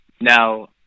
now